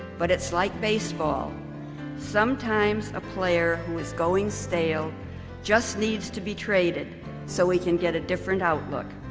but it's like baseball sometimes a player who is going stale just needs to be traded so he can get a different outlook.